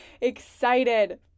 excited